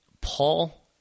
Paul